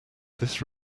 this